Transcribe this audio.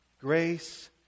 Grace